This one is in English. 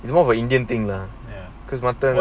it's one of the indian thing lah because after